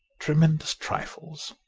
tremendous trifles